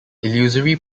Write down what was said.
illusory